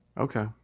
okay